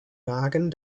wagen